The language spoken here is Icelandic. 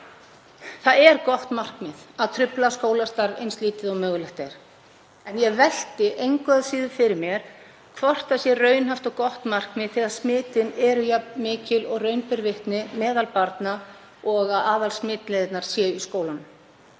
Það er gott markmið að trufla skólastarf eins lítið og mögulegt er. En ég velti engu að síður fyrir mér hvort það sé raunhæft og gott markmið þegar smitin eru jafn mikil og raun ber vitni meðal barna og aðalsmitleiðirnar eru í skólunum,